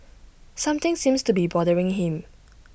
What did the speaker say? something seems to be bothering him